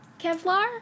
Kevlar